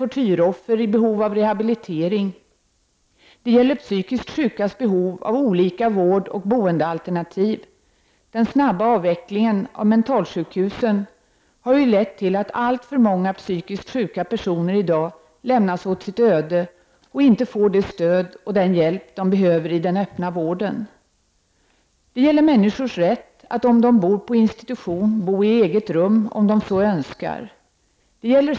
— Psykiskt sjukas behov av olika vårdoch boendealternativ. Den snabba avvecklingen av mentalsjukhusen har ju lett till att alltför många psykiskt sjuka personer i dag lämnas åt sitt öde och inte får det stöd och den hjälp som de behöver inom den öppna vården. — Människors rätt att, om de bor på institutioner, bo i eget rum, om de så önskar.